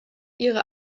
ihre